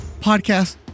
podcast